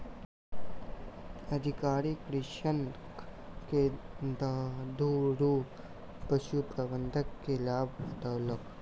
अधिकारी कृषक के दुधारू पशु प्रबंधन के लाभ बतौलक